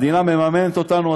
המדינה מממנת אותנו,